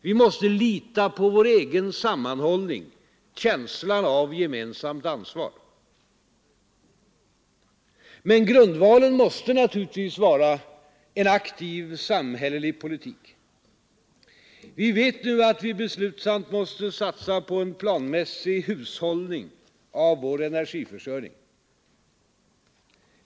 Vi måste lita på vår egen sammanhållning, känslan av gemensamt ansvar. Men grundvalen måste naturligtvis vara en aktiv samhällelig politik. Vi vet nu att vi beslutsamt måste satsa på en planmässig hushållning av vår energiförsörjning.